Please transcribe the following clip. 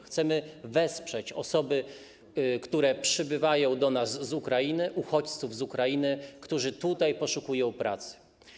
Chcemy wesprzeć osoby, które przybywają do nas z Ukrainy, uchodźców z Ukrainy, którzy tutaj poszukują pracy.